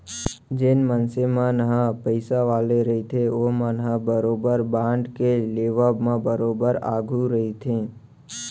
जेन मनसे मन ह पइसा वाले रहिथे ओमन ह बरोबर बांड के लेवब म बरोबर अघुवा रहिथे